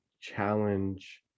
challenge